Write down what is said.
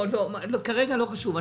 כרגע לא חשוב.